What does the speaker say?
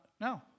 no